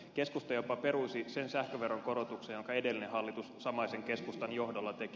keskusta jopa peruisi sen sähköveron korotuksen jonka edellinen hallitus samaisen keskustan johdolla teki